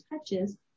touches